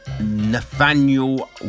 Nathaniel